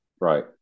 Right